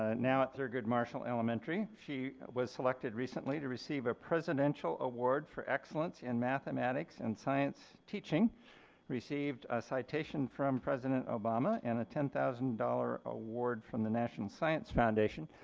ah now at thurgood marshall elementary. she was selected recently to receive a presidential award for excellence in mathematics and science teaching. she received a citation from president obama and a ten thousand dollars award from the national science foundation.